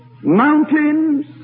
mountains